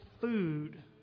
food